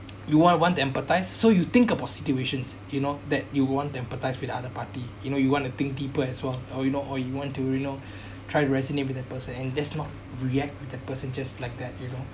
you want want to empathise so you think about situations you know that you want to empathise with the other party you know you want to think deeper as well or you know or you want to you know try to resonate with that person and that's not react with that person just like that you know